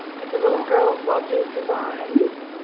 but the little girls love these designs.